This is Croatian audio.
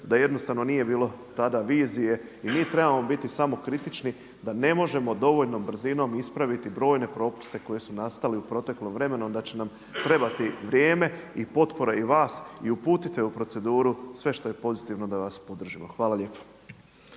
da jednostavno nije bilo tada vizije i mi trebamo biti samokritični, da ne možemo dovoljnom brzinom ispraviti brojne propuste koji su nastali u proteklom vremenu, da će nam trebati vrijeme i potpore i vas i uputite u proceduru sve što je pozitivno da vas podržimo. Hvala lijepo.